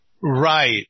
Right